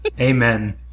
Amen